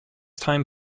time